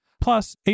Plus